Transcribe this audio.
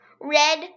red